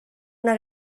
una